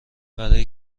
برای